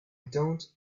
don’t